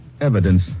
evidence